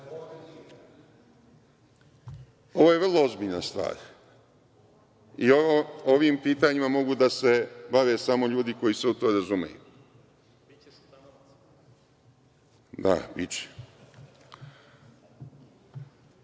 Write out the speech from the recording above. ti.)Ovo je vrlo ozbiljna stvar i ovim pitanjima mogu da se bave samo ljudi koji se u to razumeju. Vidite,